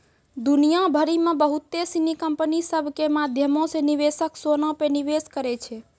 दुनिया भरि मे बहुते सिनी कंपनी सभ के माध्यमो से निवेशक सोना पे निवेश करै छै